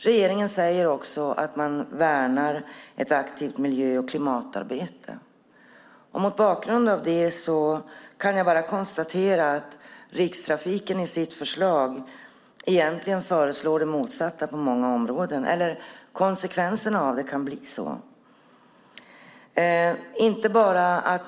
Regeringen säger också att man värnar ett aktivt miljö och klimatarbete. Mot bakgrund av det kan jag bara konstatera att Rikstrafiken egentligen föreslår det motsatta på många områden - åtminstone kan det bli konsekvenserna av förslaget.